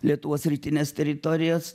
lietuvos rytines teritorijas